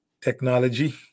technology